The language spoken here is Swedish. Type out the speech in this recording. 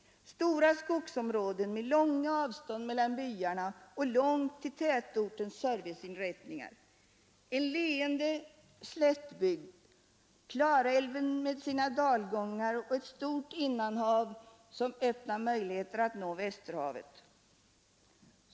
Stora skogsområden med långa avstånd mellan byarna och långt till tätortens serviceinrättningar, en leende slättbygd, Klarälven med sina dalgångar och ett stort innanhav som öppnar möjligheter att nå Västerhavet.